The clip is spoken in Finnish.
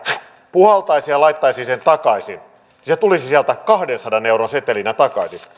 puhaltaisin ja laittaisin sen takaisin niin se tulisi sieltä kahdensadan euron setelinä takaisin